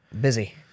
busy